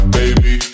baby